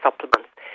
supplements